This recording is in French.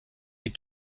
les